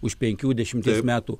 už penkių dešimtie metų